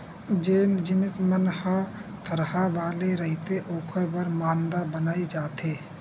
जेन जिनिस मन ह थरहा वाले रहिथे ओखर बर मांदा बनाए जाथे